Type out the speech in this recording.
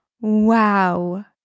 wow